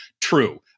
true